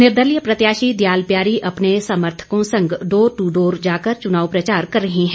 निर्दलीय प्रत्याशी दयाल प्यारी अपने समर्थकों संग डोर टू डोर जाकर चुनाव प्रचार कर रही हैं